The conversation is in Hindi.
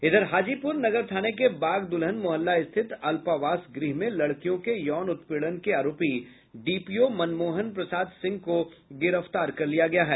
इधर हाजीपुर नगर थाने के बाग दुल्हन मुहल्ला स्थित अल्पावास गृह में लड़कियों के यौन उत्पीड़न के आरोपी डीपीओ मनमोहन प्रसाद सिंह को गिरफ्तार कर लिया गया है